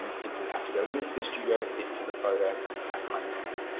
um people would have to go into the studio, sit for the photo, that kind of thing.